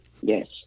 Yes